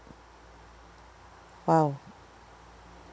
!wow!